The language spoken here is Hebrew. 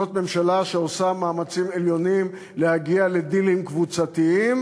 זאת ממשלה שעושה מאמצים עליונים להגיע לדילים קבוצתיים,